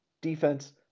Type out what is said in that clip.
defense